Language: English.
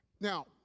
Now